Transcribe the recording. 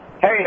Hey